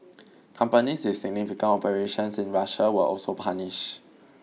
companies with significant operations in Russia were also punished